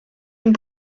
and